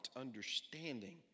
understanding